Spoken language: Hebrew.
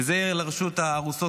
וזה יהיה לרשות הארוסות,